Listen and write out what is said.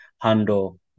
handle